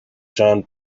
john